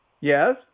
Yes